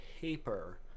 paper